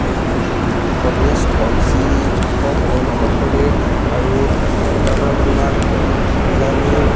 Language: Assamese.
ধৰ্মীয় স্থল যি অসম অৰুণাচল প্ৰদেশ আৰু ভূটানৰ সীমাত মিলানীৰ